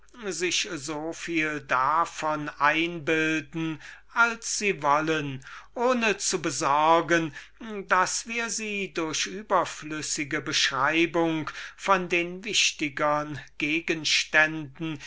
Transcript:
sich so viel davon einbilden als sie wollen ohne zu besorgen daß wir sie durch überflüssige beschreibungen von den wichtigern gegenständen